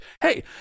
Hey